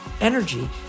energy